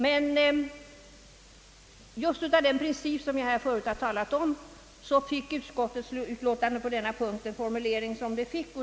Men på grund av den princip jag förut nämnde fick utskottets utlåtande på denna punkt den formulering det erhållit.